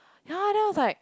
ya then I was like